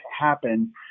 happen